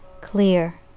clear